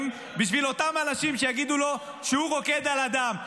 בשביל אותם אנשים שיגידו לו שהוא רוקד על הדם.